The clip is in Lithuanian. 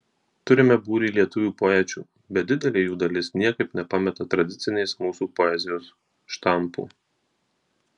turime būrį lietuvių poečių bet didelė jų dalis niekaip nepameta tradicinės mūsų poezijos štampų